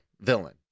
villain